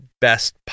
best